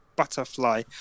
Butterfly